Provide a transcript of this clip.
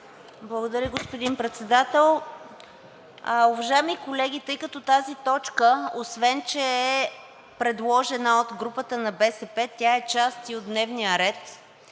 Благодаря, господин Председател. Уважаеми колеги, тъй като тази точка, освен че е предложена от групата на БСП, тя е част и от дневния ред,